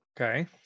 Okay